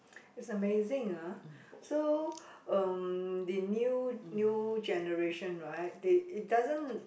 it's amazing ah so um the new new generation right they it doesn't